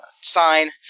sign